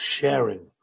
sharing